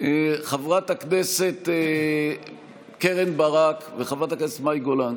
חברת הכנסת קרן ברק וחברת הכנסת מאי גולן,